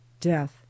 death